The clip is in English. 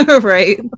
right